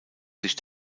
sich